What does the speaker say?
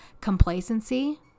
complacency